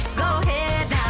go head